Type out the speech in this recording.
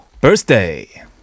Birthday